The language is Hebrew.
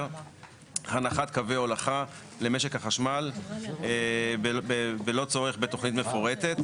הנחת קווי הולכה למשק החשמל בלא צורך בתוכנית מפורטת,